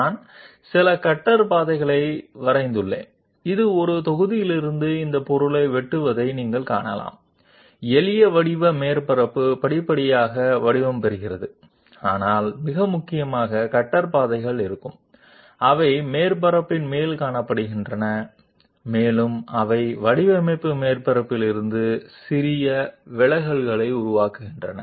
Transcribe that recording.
మేము కొన్ని కట్టర్ పాత్లను గీసాము అది ఒక బ్లాక్ నుండి ఈ మెటీరియల్ ని కత్తిరించడాన్ని మీరు చూడవచ్చు ఫ్రీ ఫామ్ సర్ఫేస్ క్రమంగా ఆకారాన్ని తీసుకుంటోంది కానీ చాలా ప్రముఖంగా కట్టర్ మార్గాలు ఉన్నాయి అవి సర్ఫేస్ పైన కనిపిస్తాయి మరియు అవి డిజైన్ సర్ఫేస్ నుండి చిన్న వ్యత్యాసాలను సృష్టిస్తున్నాయి